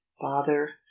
father